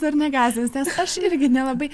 dar negąsdins nes aš irgi nelabai